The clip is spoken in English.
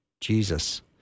Jesus